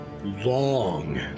long